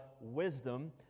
wisdom